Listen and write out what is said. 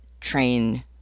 train